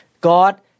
God